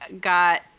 got